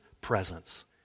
presence